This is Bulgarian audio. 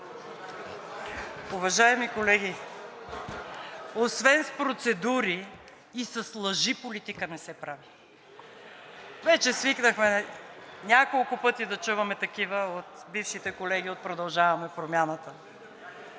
Уважаеми колеги, освен с процедури и с лъжи политика не се прави. Вече свикнахме няколко пъти да чуваме такива от бившите колеги от „Продължаваме Промяната“.